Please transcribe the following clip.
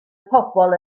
pobl